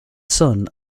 son